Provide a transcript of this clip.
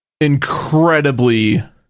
incredibly